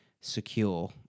secure